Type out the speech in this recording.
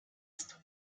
ist